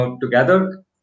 together